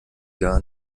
gar